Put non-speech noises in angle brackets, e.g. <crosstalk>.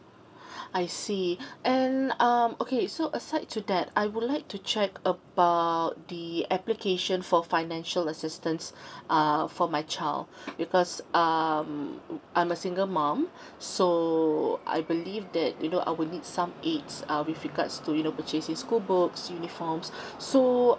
<breath> I see <breath> and um okay so aside to that I would like to check about the application for financial assistance <breath> uh for my child <breath> because um I'm a single mom <breath> so I believe that you know I would need some aids err with regards to you know with purchasing school books uniforms <breath> so